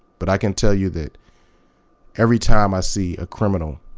but i can tell you that every time i see a criminal